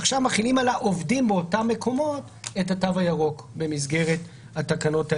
עכשיו מחילים על העובדים באותם מקומות את התו הירוק במסגרת התקנות האלה,